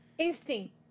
Instinct